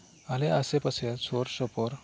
ᱟᱞᱮ ᱟᱥᱮ ᱯᱟᱥᱮ ᱥᱩᱨ ᱥᱩᱯᱩᱨ